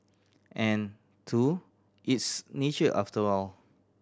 and two it's nature after all